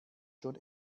schon